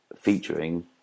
featuring